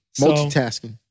Multitasking